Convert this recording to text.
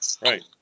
Right